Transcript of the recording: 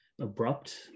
abrupt